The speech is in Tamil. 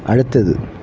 அடுத்தது